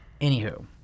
Anywho